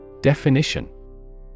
Definition